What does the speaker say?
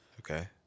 Okay